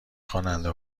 خواننده